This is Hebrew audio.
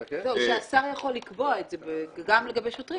שהשר יכול לקבוע את זה גם לגבי שוטרים,